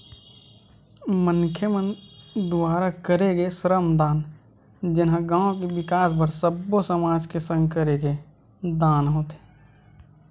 मनखे मन दुवारा करे गे श्रम दान जेनहा गाँव के बिकास बर सब्बो समाज के संग करे गे दान होथे